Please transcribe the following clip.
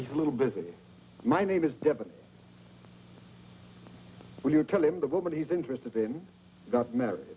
he's a little busy my name is devon would you tell him the woman he's interested in got married